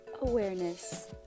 awareness